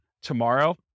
tomorrow